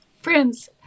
friends